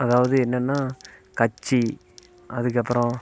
அதாவது என்னன்னால் கட்சி அதுக்கப்புறம்